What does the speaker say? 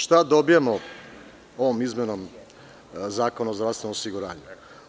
Šta dobijamo ovom izmenom Zakona o zdravstvenom osiguranju?